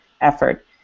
effort